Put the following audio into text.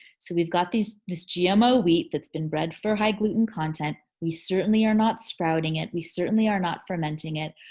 so we've got this gmo wheat that's been bred for high gluten content. we certainly are not sprouting it. we certainly are not fermenting it.